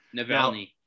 Navalny